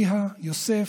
ומאביה יוסף,